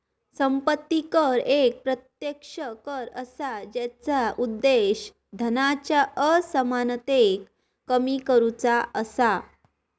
संपत्ती कर एक प्रत्यक्ष कर असा जेचा उद्देश धनाच्या असमानतेक कमी करुचा असा